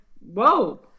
whoa